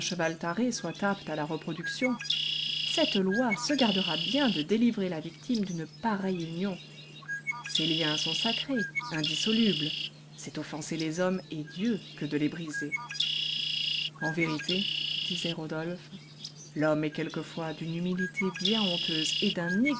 soit apte à la reproduction cette loi se gardera bien de délivrer la victime d'une pareille union ces liens sont sacrés indissolubles c'est offenser les hommes et dieu que de les briser en vérité disait rodolphe l'homme est quelquefois d'une humilité bien honteuse et d'un